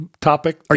topic